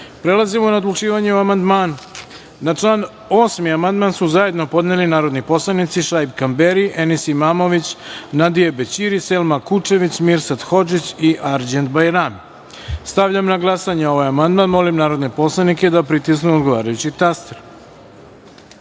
načelu. Prelazimo na odlučivanje o amandmanu. Na član 8. amandman su zajedno podneli narodni poslanici Šaip Kamberi, Enis Imamović, Nadije Bećiri, Selma Kučević, Mirsad Hodžić i Arđend Bajrami. Stavljam na glasanje ovaj amandman. Molim narodne poslanike da pritisnu odgovarajući